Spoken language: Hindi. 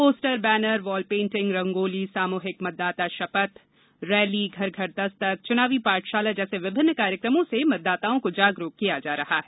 poster banner wall painting rangoli सामूहिक मतदाता शपथ रैली घर घर दस्तक चुनावी पाठशाला जैसे विभिन्न कार्यक्रमों से मतदाताओं को जागरूक किया जा रहा है